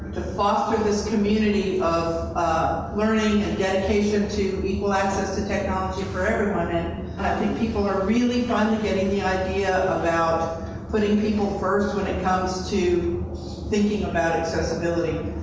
to foster this community of ah learning and dedication to equal access to technology for everyone, and i think people are really finally getting the idea about putting people first, when it comes to thinking about accessibility.